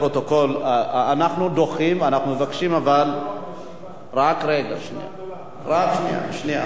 אני מבקש שיובהר,